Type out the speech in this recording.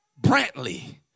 Brantley